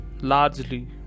largely